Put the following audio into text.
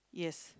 yes